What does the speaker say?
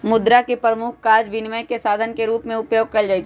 मुद्रा के प्रमुख काज विनिमय के साधन के रूप में उपयोग कयल जाइ छै